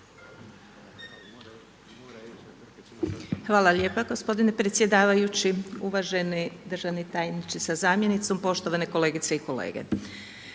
Hvala lijepa gospodine predsjedavajući. Uvaženi državni tajniče sa zamjenicom, poštovane kolegice i kolege.